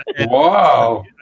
Wow